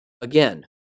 Again